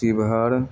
Sheohar